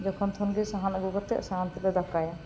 ᱡᱮᱠᱷᱚᱱ ᱛᱚᱠᱷᱚᱱᱜᱮ ᱥᱟᱦᱟᱱ ᱟᱹᱜᱩ ᱠᱟᱛᱮᱫ ᱥᱟᱦᱟᱱ ᱛᱮᱞᱮ ᱫᱟᱠᱟᱭᱟ